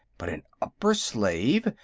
but an upper slave.